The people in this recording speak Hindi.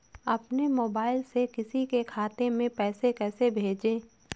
अपने मोबाइल से किसी के खाते में पैसे कैसे भेजें?